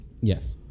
Yes